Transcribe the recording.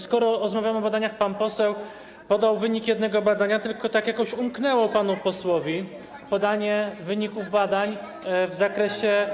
Skoro rozmawiamy o badaniach, pan poseł podał wynik jednego badania, tylko tak jakoś umknęło panu posłowi podanie wyników badań w zakresie.